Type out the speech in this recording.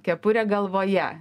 kepurė galvoje